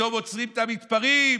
פתאום עוצרים את המתפרעים,